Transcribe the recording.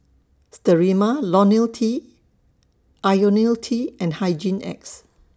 Sterimar Lonil T Ionil T and Hygin X